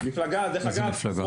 מפלגה דרך אגב,